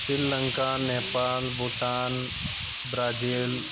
Sri Lanka Nepal Bhutan Brazil